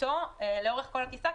איתו לאורך כל הטיסה,